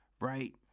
right